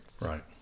Right